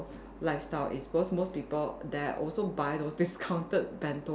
lifestyle is because most people there also buy those discounted bento